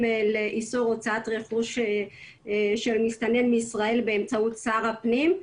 לאיסור הוצאת רכוש של מסתננים מישראל באמצעות שר הפנים.